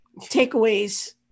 takeaways